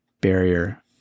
barrier